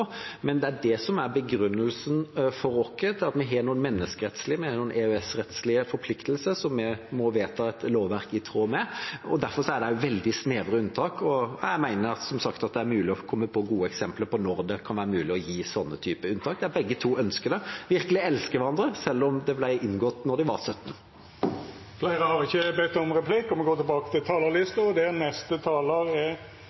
men det er det som er begrunnelsen for oss, at vi har noen menneskerettslige og EØS-rettslige forpliktelser som vi må vedta et lovverk i tråd med. Derfor er det også veldig snevre unntak, og jeg mener som sagt at det er mulig å komme på gode eksempler på at det kan være mulig å gi sånne typer unntak, der begge ønsker det og virkelig elsker hverandre, selv om det ble inngått da de var 17 år. Replikkordskiftet er omme. Dei talarane som heretter får ordet, har også ei taletid på inntil 3 minutt. Sist vi